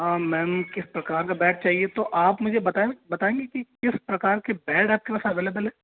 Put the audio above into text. ma'am किस प्रकार का बैड चाहिए तो आप मुझे बताएं बताएं कि किस प्रकार के बैड आप के पास अवेलेबल हैं